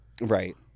Right